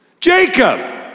Jacob